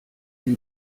die